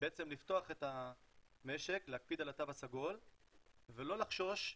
לפתוח את המשק, להקפיד על התו הסגול ולא לחשוש,